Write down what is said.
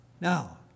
Now